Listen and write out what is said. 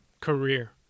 career